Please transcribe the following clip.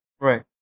Right